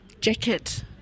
jacket